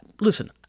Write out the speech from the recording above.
listen